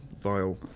vile